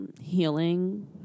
healing